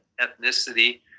ethnicity